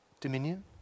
dominion